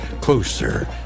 closer